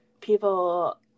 people